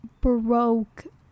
broke